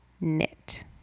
knit